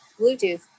Bluetooth